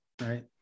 right